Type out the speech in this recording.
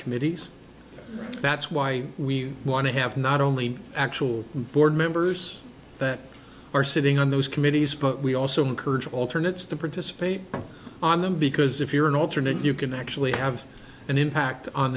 committees that's why we want to have not only actual board members that are sitting on those committees but we also encourage alternatives to participate on them because if you're an alternate you can actually have an impact on